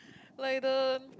like the